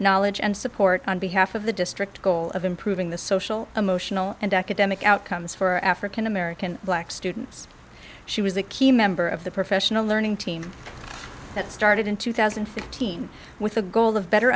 knowledge and support on behalf of the district goal of improving the social emotional and academic outcomes for african american black students she was a key member of the professional learning team that started in two thousand and fifteen with a goal of better